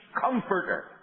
comforter